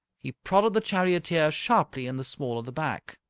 he prodded the charioteer sharply in the small of the back.